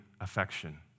affection